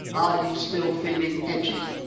are you still feeling edgy?